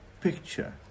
picture